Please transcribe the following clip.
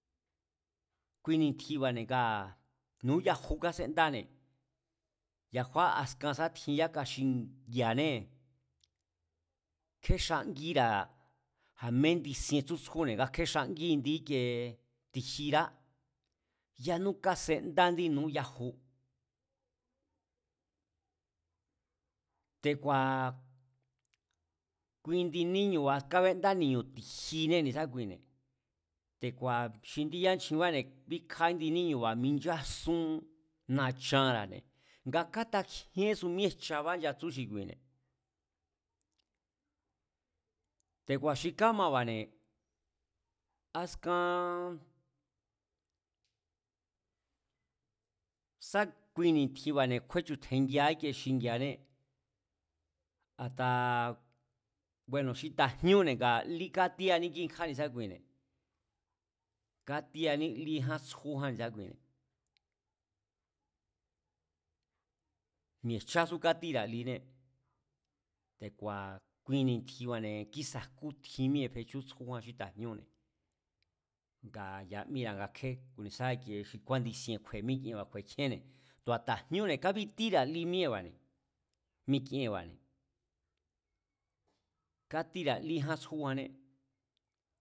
Kui ni̱tjinba̱ne̱ ngaa̱ nuyaju kásendáne̱, ya̱ kjúán askan sá tjin yáka xingi̱a̱née̱, kjexangíra̱, a̱me nchisien tsjú tsjúne̱ kjíxangi indi íkiee ti̱jíra̱ tanú kasendá indi ñuyaju. te̱ku̱a̱ kui ndi níñu̱ba̱ kábenda ni̱ñu̱ tijiné ni̱sákuine̱, te̱ku̱a̱ xi ndí yánchjínbáne̱ bíkja índi níñu̱ra̱ nga kátakjíénsu míéjchabá nchatsu xi kuine̱, te̱ku̱a̱ xi kámaba̱ne̱. askan sá kui ni̱tjinba̱ne̱ kjúechu̱tje̱ngia xíngi̱a̱anée̱, a̱ta bu̱e̱no̱ xi ta̱jñúne̱, ngaa- lí kátíaní kíikja ni̱síkuine̱, kátíaní lí ján tsjúján ne̱sákuine̱, mi̱e̱jchasú katíra̱ liné. Te̱ku̱a̱ kui ni̱tjinba̱ne̱ kísa̱ jkú tjín míée̱ fechú tsjújan xí ta̱jñúne̱, ngaa̱ ya̱ míra̱ nga kjé ku̱nisá ikie xi kúánchisien kju̱e̱e míkienba̱ kjue kjíéne̱, tu̱a ta̱jñúne̱ kabítíra̱ li míée̱ba̱ne̱, mikienba̱ne̱, kátíra̱ lí jan tsjújané